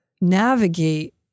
navigate